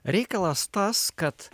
reikalas tas kad